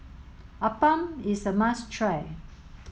Appam is a must try